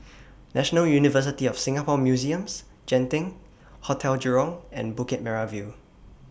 National University of Singapore Museums Genting Hotel Jurong and Bukit Merah View